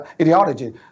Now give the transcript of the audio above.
ideology